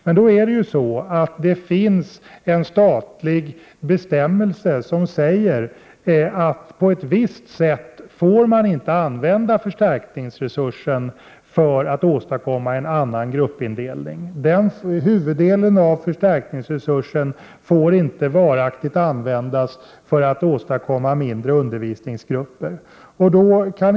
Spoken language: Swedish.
Men det finns en statlig bestämmelse som säger att på ett visst sätt får man inte använda förstärkningsresursen för att åstadkomma en annan gruppindelning. Huvuddelen av förstärkningsresursen får inte varaktigt användas för att åstadkomma mindre undervisningsgrupper.